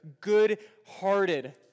good-hearted